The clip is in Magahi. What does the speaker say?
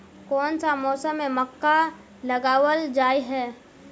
कोन सा मौसम में मक्का लगावल जाय है?